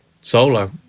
solo